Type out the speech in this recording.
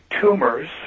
tumors